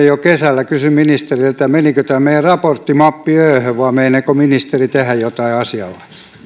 jo kesällä kysyn ministeriltä menikö tämä meidän raportti mappi öhön vai meinaako ministeri tehdä jotain asialle